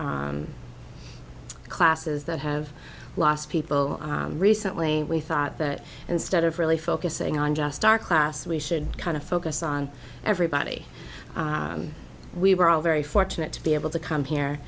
classes that have lost people recently we thought that instead of really focusing on just our class we should kind of focus on everybody we were all very fortunate to be able to come here